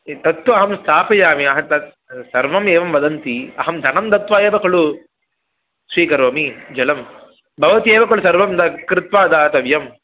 एतत्तु अहं स्थापयामि तत् सर्वम् एवं वदन्ति अहं धनं दत्वा एव खलु स्वीकरोमि जलं भवती एव खलु सर्वं कृत्वा दातव्यम्